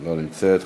לא נמצאת.